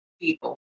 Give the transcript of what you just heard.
people